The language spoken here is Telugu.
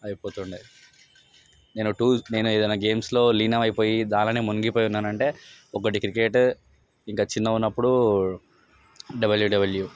అయిపోతుండె నేను ఏదైనా గేమ్స్ లో లీనమైపోయి దాంట్లోనే మునిగిపోయి ఉన్నానంటే ఒకటి క్రికెట్ ఇంకా చిన్నగా ఉన్నప్పుడు డబ్ల్యు డబ్ల్యు